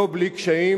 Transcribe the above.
לא בלי קשיים,